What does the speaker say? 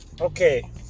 okay